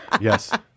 Yes